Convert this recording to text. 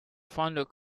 founded